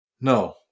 No